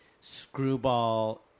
screwball